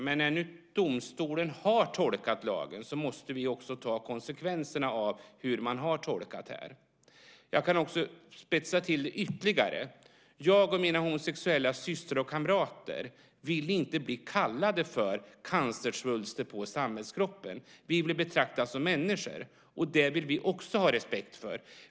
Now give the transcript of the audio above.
Men när domstolen nu har tolkat lagen måste vi också ta konsekvenserna av hur man har tolkat. Jag kan spetsa till det ytterligare. Jag och mina homosexuella systrar och kamrater vill inte bli kallade för cancersvulster på samhällskroppen. Vi vill betraktas som människor. Det vill vi också ha respekt för.